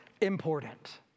important